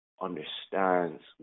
understands